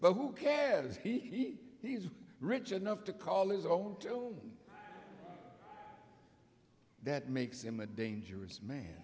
but who cares he he's rich enough to call his own that makes him a dangerous man